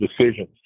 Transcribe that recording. decisions